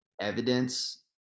evidence